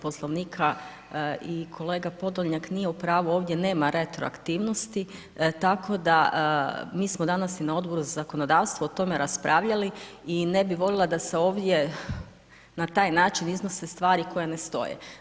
Poslovnika i kolega Podolnjak nije u pravu, ovdje nema retroaktivnosti, tako da, mi smo danas i na Odboru za zakonodavstvo o tome raspravljali i ne bih voljela da se ovdje na taj način iznose stvari koje ne stoje.